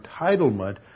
entitlement